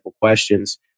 questions